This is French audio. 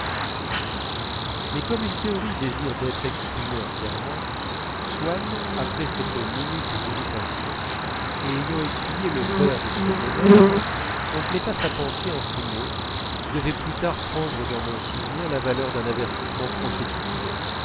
mais comme une théorie désire être exprimée entièrement swann après cette minute d'irritation et ayant essuyé le verre de son monocle compléta sa pensée en ces mots qui devaient plus tard prendre dans mon souvenir la valeur d'un avertissement prophétique